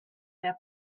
mehr